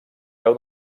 peu